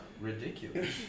ridiculous